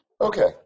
Okay